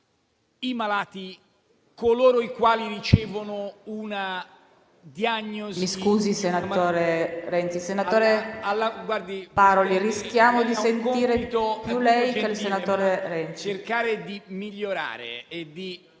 Mi scusi, senatore Renzi, senatore Paroli, rischiamo di sentire più lei che il senatore Renzi.